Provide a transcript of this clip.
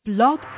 Blog